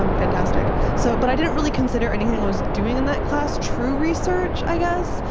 um fantastic. so but i didn't really consider anything i was doing in that class true research, i guess.